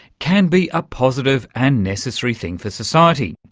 can be a positive and necessary thing for society.